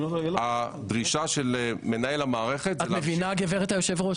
את מבינה גברת יושבת הראש,